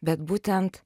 bet būtent